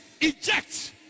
eject